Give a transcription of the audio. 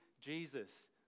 Jesus